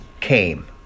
came